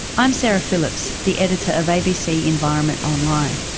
i'm sara phillips, the editor of abc environment online.